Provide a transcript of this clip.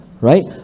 right